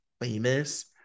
famous